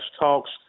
talks